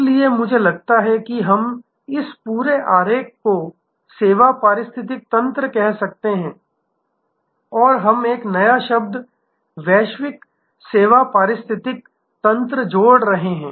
इसलिए मुझे लगता है कि हम इस पूरे आरेख को सेवा पारिस्थितिकी तंत्र कह सकते हैं और हम एक नया शब्द वैश्विक सेवा पारिस्थितिकी तंत्र जोड़ रहे हैं